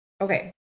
okay